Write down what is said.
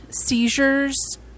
seizures